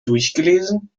durchgelesen